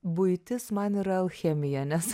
buitis man yra alchemija nes